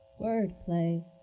Wordplay